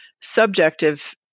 subjective